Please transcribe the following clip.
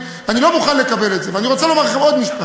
ולא יודע מה עושים כל היום,